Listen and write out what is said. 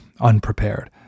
unprepared